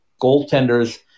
goaltender's